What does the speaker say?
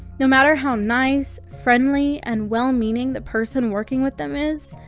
no matter how nice, friendly, and well-meaning the person working with them is,